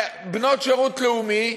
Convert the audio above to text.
בנות השירות הלאומי,